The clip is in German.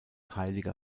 heiliger